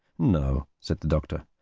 no, said the doctor,